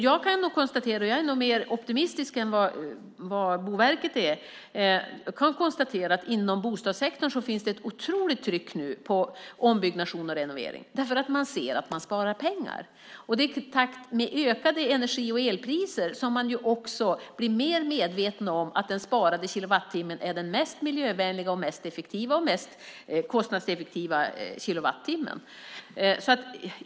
Jag är nog mer optimistisk än Boverket och kan konstatera att det inom bostadssektorn finns ett oerhört tryck på ombyggnation och renovering. Man ser nämligen att man sparar pengar. Det är i takt med ökade energi och elpriser man blir mer medveten om att den sparade kilowattimmen också är den mest miljövänliga och mest kostnadseffektiva kilowattimmen.